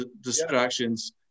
distractions